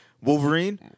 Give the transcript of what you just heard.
Wolverine